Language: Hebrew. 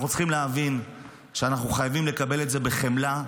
אנחנו צריכים להבין שאנחנו חייבים לקבל את זה בחמלה,